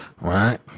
Right